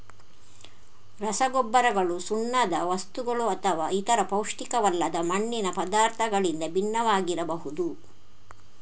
ರಸಗೊಬ್ಬರಗಳು ಸುಣ್ಣದ ವಸ್ತುಗಳುಅಥವಾ ಇತರ ಪೌಷ್ಟಿಕವಲ್ಲದ ಮಣ್ಣಿನ ಪದಾರ್ಥಗಳಿಂದ ಭಿನ್ನವಾಗಿರಬಹುದು